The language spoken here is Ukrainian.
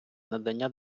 надання